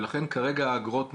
לכן כרגע האגרות נחלטות.